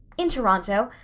in toronto.